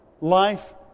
life